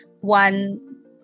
one